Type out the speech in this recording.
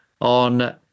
on